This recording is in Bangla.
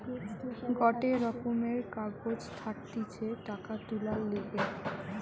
গটে রকমের কাগজ থাকতিছে টাকা তুলার লিগে